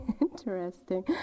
interesting